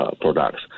products